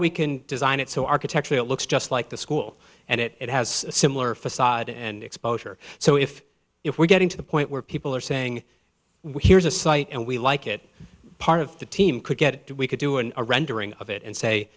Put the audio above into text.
we can design it so architecture it looks just like the school and it has a similar facade and exposure so if if we're getting to the point where people are saying well here's a site and we like it part of the team could get we could do in a rendering of it and say